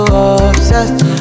obsessed